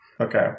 Okay